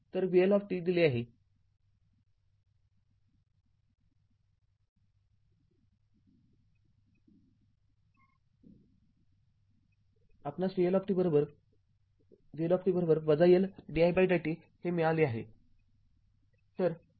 तर vL दिले आहे आपणास vL vL L didt हे मिळाले आहे